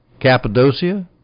Cappadocia